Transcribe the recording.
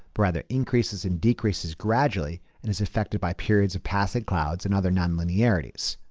rather increases and decreases gradually and is affected by periods of passing clouds and other nonlinearities.